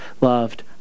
loved